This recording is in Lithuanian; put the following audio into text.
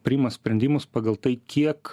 priima sprendimus pagal tai kiek